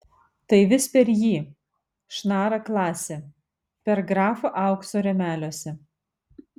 tai vis per jį šnara klasė per grafą aukso rėmeliuose